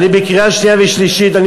בקריאה שנייה ושלישית אני,